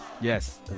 Yes